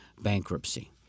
bankruptcy